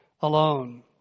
alone